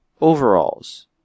overalls